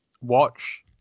watch